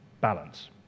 balance